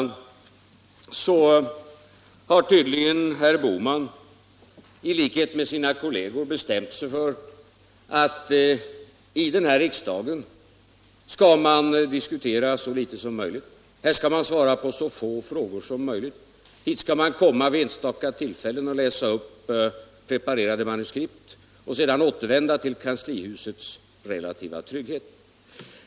Herr Bohman har tydligen i likhet med sina kolleger bestämt sig för att i den här riksdagen skall man diskutera så litet som möjligt. Här skall man svara på så få frågor som möjligt. Hit skall man komma vid enstaka tillfällen. och läsa upp preparerade manuskript och sedan återvända till kanslihusets relativa trygghet.